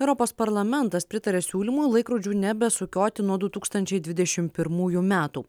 europos parlamentas pritarė siūlymui laikrodžių nebesukioti nuo du tūkstančiai dvidešimt pirmųjų metų